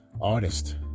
artist